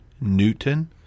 Newton